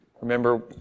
Remember